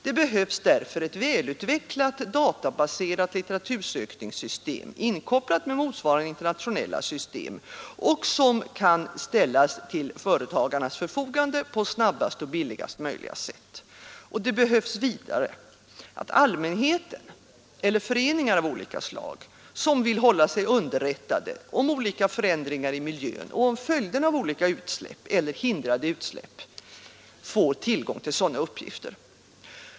Det behövs därför ett välutvecklat databaserat litteratursökningssystem, inkopplat med motsvarande internationella system och som kan ställas till företagarnas förfogande på snabbaste och billigaste möjliga sätt. Det behövs vidare att allmänheten eller föreningar av olika slag som vill hålla sig underrättade om olika förändringar i miljön och om följderna av olika utsläpp eller hindrade utsläpp får tillgång till sådana uppgifter.